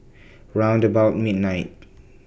round about midnight